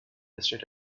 estate